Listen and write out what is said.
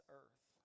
earth